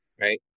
right